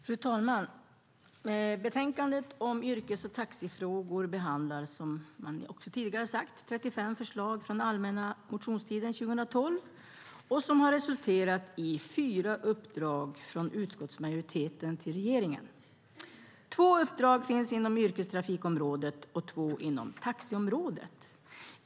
Fru talman! Betänkandet om yrkes och taxifrågor behandlar som tidigare sagts 35 förslag från allmänna motionstiden 2012 som har resulterat i fyra uppdrag från utskottsmajoriteten till regeringen. Två uppdrag finns inom yrkestrafikområdet och två inom taxiområdet.